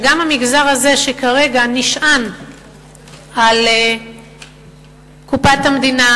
וגם המגזר הזה שכרגע נשען על קופת המדינה